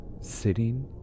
sitting